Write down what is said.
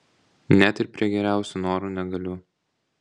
net ir prie geriausių norų negaliu